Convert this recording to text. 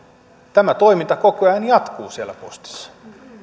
tämä toiminta koko ajan jatkuu siellä postissa